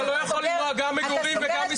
אתה לא יכול למנוע גם מגורים וגם מסחרי.